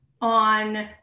on